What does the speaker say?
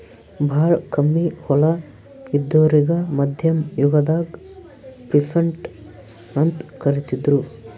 ಭಾಳ್ ಕಮ್ಮಿ ಹೊಲ ಇದ್ದೋರಿಗಾ ಮಧ್ಯಮ್ ಯುಗದಾಗ್ ಪೀಸಂಟ್ ಅಂತ್ ಕರಿತಿದ್ರು